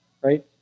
Right